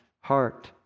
heart